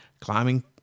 climbing